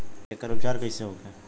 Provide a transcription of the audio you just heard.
एकर उपचार कईसे होखे?